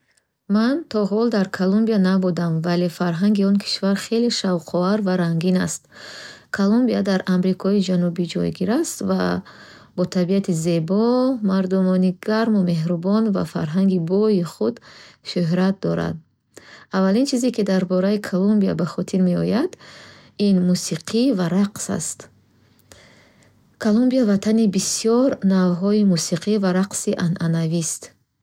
Ман то ҳол дар Колумбия набудам, вале фарҳанги он кишвар хеле шавқовар ва рангин аст. Колумбия дар Амрикои Ҷанубӣ ҷойгир аст ва бо табиати зебо, мардумони гарму меҳрубон ва фарҳанги бойи худ шӯҳрат дорад. Аввалин чизе, ки дар бораи Колумбия ба хотир меояд ин мусиқӣ ва рақс аст. Калумбия ватани бисер навъҳои мусқӣ ва рақси анъанавист.